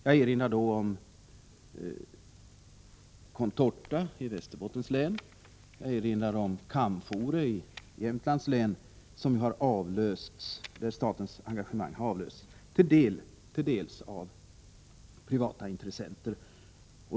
Jag erinrar om Contorta i Västerbottens län och Camfore i Jämtlands län, där statens engagemang har till dels avlösts av privata intressenter.